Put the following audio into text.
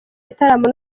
gitaramo